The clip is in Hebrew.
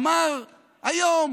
אמר היום